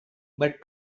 but